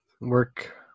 Work